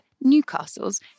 Newcastle's